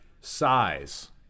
size